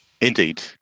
indeed